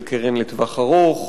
של קרן לטווח ארוך,